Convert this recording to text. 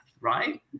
right